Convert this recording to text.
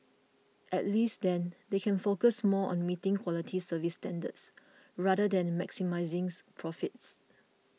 at least then they can focus more on meeting quality service standards rather than maximising profits